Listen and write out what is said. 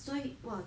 所以 !wah!